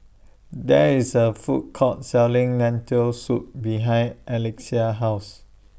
There IS A Food Court Selling Lentil Soup behind Alexia's House